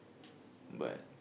but